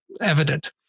evident